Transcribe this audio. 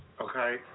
okay